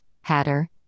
Hatter